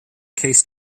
case